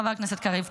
חבר הכנסת קריב.